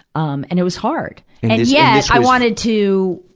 um and it was hard and, yeah i wanted to,